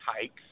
hikes